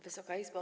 Wysoka Izbo!